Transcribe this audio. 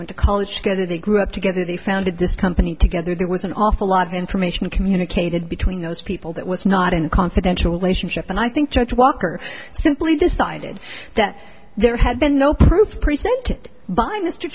went to college together they grew up together they founded this company together there was an awful lot of information communicated between those people that was not in a confidential relationship and i think judge walker simply decided that there had been no proof presented by mr